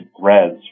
threads